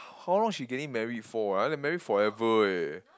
how long she getting married for uh like married forever eh